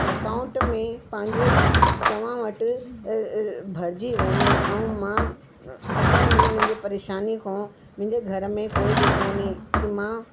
account में पंहिंजो ई तव्हां वटि भरिजी वञे ऐं मां अचणु वञण जी परेशानी खां मुंहिंजे घर में कोई बि कोन्हे की मां